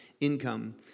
income